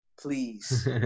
please